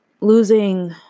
losing